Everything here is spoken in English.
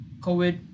COVID